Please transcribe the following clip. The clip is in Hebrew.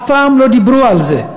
אף פעם לא דיברו על זה.